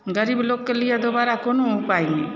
गरीब लोकके लिए दोबारा कोनो उपाय नहि